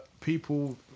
people